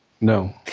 No